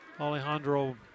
Alejandro